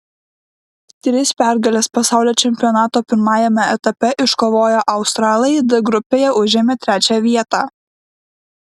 tris pergales pasaulio čempionato pirmajame etape iškovoję australai d grupėje užėmė trečią vietą